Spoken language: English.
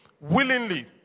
willingly